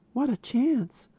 what a chance!